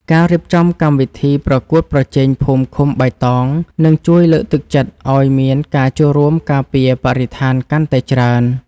ការរៀបចំកម្មវិធីប្រកួតប្រជែងភូមិឃុំបៃតងនឹងជួយលើកទឹកចិត្តឱ្យមានការចូលរួមការពារបរិស្ថានកាន់តែច្រើន។